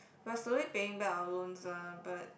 we are slowly paying back our loans lah but